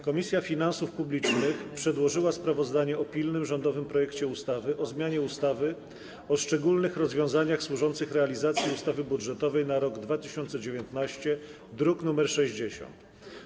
Komisja Finansów Publicznych przedłożyła sprawozdanie o pilnym rządowym projekcie ustawy o zmianie ustawy o szczególnych rozwiązaniach służących realizacji ustawy budżetowej na rok 2019, druk nr 60.